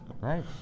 Right